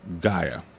Gaia